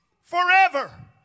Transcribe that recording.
forever